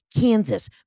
Kansas